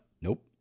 Nope